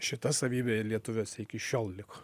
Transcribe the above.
šita savybė lietuviuose iki šiol liko